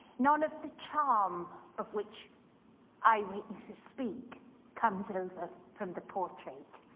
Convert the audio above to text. none of the charm of which eyewitnesses speak comes over from the portrait.